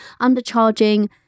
Undercharging